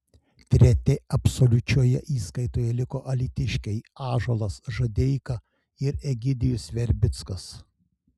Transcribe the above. treti absoliučioje įskaitoje liko alytiškiai ąžuolas žadeika ir egidijus verbickas